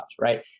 right